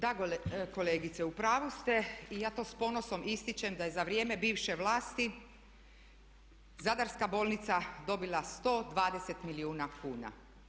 Da kolegice, u pravu ste i ja to s ponosom ističem da je za vrijeme bivše vlasti Zadarska bolnica dobila 120 milijuna kuna.